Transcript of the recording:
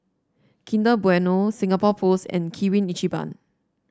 Kinder Bueno Singapore Post and Kirin Ichiban